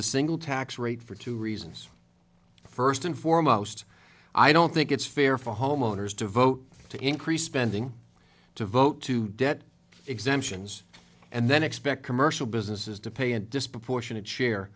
the single tax rate for two reasons first and foremost i don't think it's fair for homeowners to vote to increase spending to vote to debt exemptions and then expect commercial businesses to pay a disproportionate share